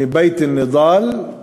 מבית אל-נצ'אל,